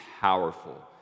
powerful